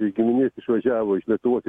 iš giminės išvažiavo iš lietuvos